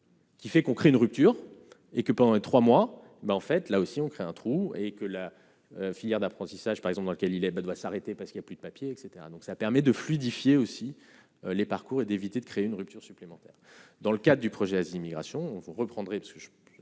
Qui fait qu'on crée une rupture et que pendant les 3 mois, mais en fait, là aussi, on crée un trou et que la filière d'apprentissage par exemple, dans lequel il est doit s'arrêter parce qu'il y a plus de papier, etc, donc ça permet de fluidifier aussi les parcours et d'éviter de créer une rupture supplémentaire dans le cas du projet à l'immigration, vous reprendrez parce que